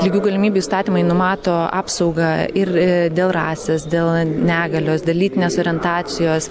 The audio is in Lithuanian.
lygių galimybių įstatymai numato apsaugą ir dėl rasės dėl negalios dėl lytinės orientacijos